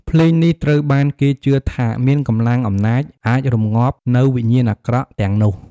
ភ្លេងនេះត្រូវបានគេជឿថាមានកម្លាំងអំណាចអាចរម្ងាប់នូវវិញ្ញាណអាក្រក់ទាំងនោះ។